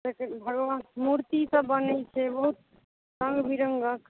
भगवानके मूर्ति सब बनै छै बहुत रंग विरंगक